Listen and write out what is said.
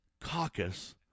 caucus